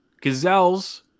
Gazelles